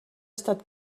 estat